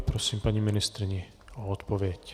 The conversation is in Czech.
Prosím paní ministryni o odpověď.